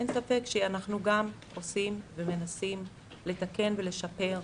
אין ספק שאנחנו גם מנסים לתקן ולשפר.